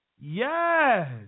Yes